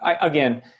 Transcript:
Again